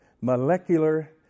molecular